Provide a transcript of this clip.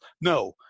No